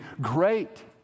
great